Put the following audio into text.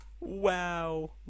wow